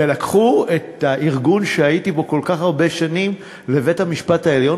לקחו את הארגון שהייתי בו כל כך הרבה שנים לבית-המשפט העליון,